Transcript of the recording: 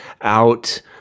out